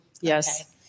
yes